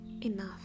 enough